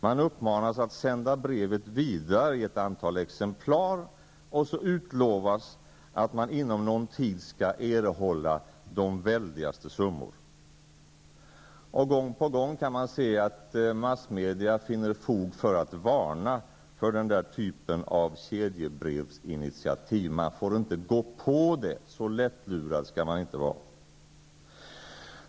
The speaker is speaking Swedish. Man uppmanas att sända brevet vidare i ett antal exemplar, och så utlovas att man inom någon tid skall erhålla de väldigaste summor. Gång på gång kan man se att massmedia finner fog för att varna för den typen av kedjebrevsinitiativ -- man får inte gå på det, så lättlurad skall man inte vara.